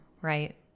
right